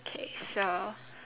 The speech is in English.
okay so